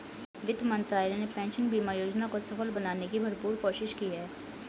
वित्त मंत्रालय ने पेंशन बीमा योजना को सफल बनाने की भरपूर कोशिश की है